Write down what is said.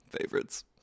favorites